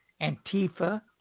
Antifa